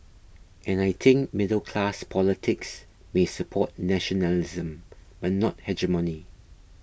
and I think middle class politics may support nationalism but not hegemony